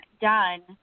done